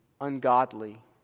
ungodly